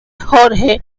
jorge